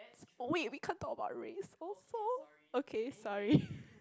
wait we can't talk about race also okay sorry